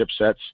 chipsets